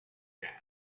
grass